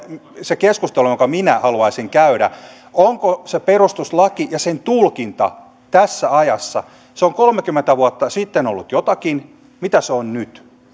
se keskustelu jonka minä haluaisin käydä onko perustuslaki ja sen tulkinta tässä ajassa se on kolmekymmentä vuotta sitten ollut jotakin mitä se on nyt